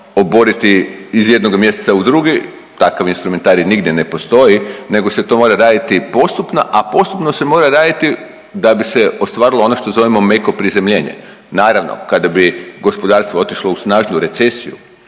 oboriti iz jednog mjeseca u drugi, takav instrumentarij nigdje ne postoji nego se to morati raditi postupno, a postupno se raditi da bi se ostvarilo ono što zovemo meko prizemljenje. Naravno, kada bi gospodarstvo otišlo u snažnu recesiji